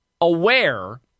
aware